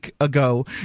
ago